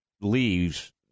leaves